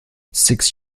six